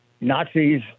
Nazis